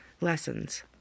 Lessons